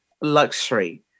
luxury